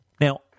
Now